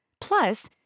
Plus